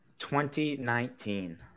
2019